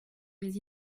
les